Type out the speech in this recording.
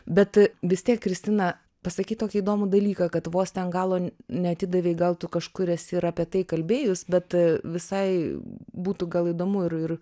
bet vis tiek kristina pasakei tokį įdomų dalyką kad vos ten galo neatidavei gal tu kažkur esi ir apie tai kalbėjus bet visai būtų gal įdomu ir ir